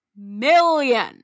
Million